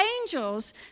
angels